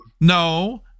No